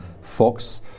Fox